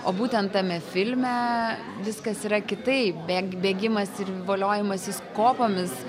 o būtent tame filme viskas yra kitaip bėg bėgimas ir voliojimasis kopomis